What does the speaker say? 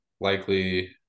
likely